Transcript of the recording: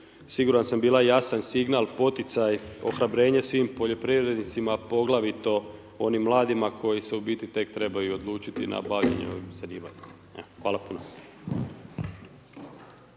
siguran sam, bila jasan signal, poticaj, ohrabrenje svim poljoprivrednicima, poglavito onim mladima koji se u biti tek trebaju odlučiti na bavljenje ovim zanimanje. Hvala puno.